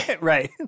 Right